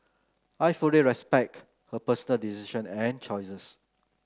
I fully respect her personal decision and choices